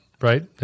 right